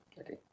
Okay